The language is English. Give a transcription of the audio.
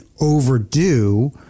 overdue